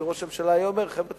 שראש הממשלה היה אומר: חבר'ה,